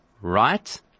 right